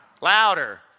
Louder